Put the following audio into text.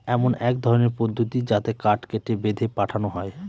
এমন এক ধরনের পদ্ধতি যাতে কাঠ কেটে, বেঁধে পাঠানো হয়